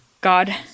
God